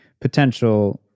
potential